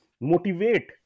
motivate